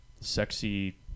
sexy